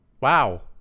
Wow